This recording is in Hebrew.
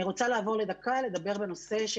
אני רוצה לעבור לדקה לדבר בנושא של